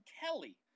Kelly